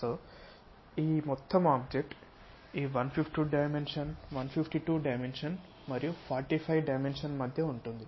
so ఈ మొత్తం object ఈ 152 డైమెన్షన్ మరియు 45 డైమెన్షన్ మధ్య ఉంటుంది